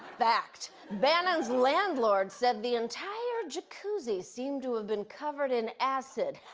fact. bannon's landlord said the entire jacuzzi seemed to have been covered in acid.